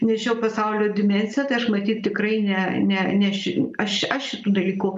ne šio pasaulio dimensija tai aš matyt tikrai ne ne ne ši aš šitų dalykų